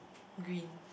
green